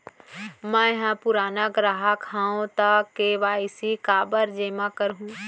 मैं ह पुराना ग्राहक हव त के.वाई.सी काबर जेमा करहुं?